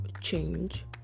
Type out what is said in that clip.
change